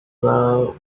well